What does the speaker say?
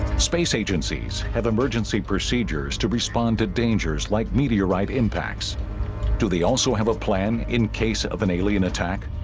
space agencies have emergency procedures to respond to dangers like meteorite impacts do they also have a plan in case of an alien attack?